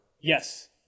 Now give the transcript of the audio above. Yes